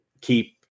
keep